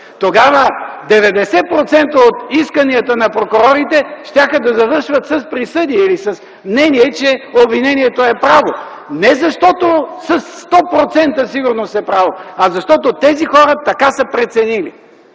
Тогава 90% от исканията на прокурорите щяха да завършват с присъди или с мнения, че обвинението е право – не защото е право със сигурност 100%, а защото тези хора така са преценили.